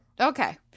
okay